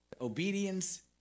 obedience